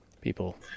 people